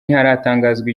ntiharatangazwa